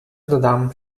додам